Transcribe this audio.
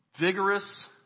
vigorous